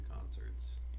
concerts